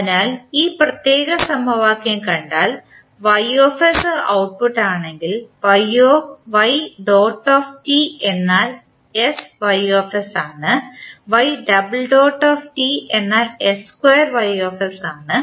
അതിനാൽ ഈ പ്രത്യേക സമവാക്യം കണ്ടാൽ ഔട്ട്പുട്ട്ട്ടാണെങ്കിൽ എന്നാൽ എന്നാൽ ആണ്